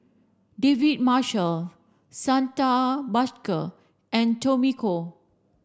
David Marshall Santha Bhaskar and Tommy Koh